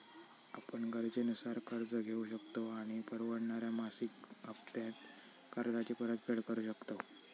आपण गरजेनुसार कर्ज घेउ शकतव आणि परवडणाऱ्या मासिक हप्त्त्यांत कर्जाची परतफेड करु शकतव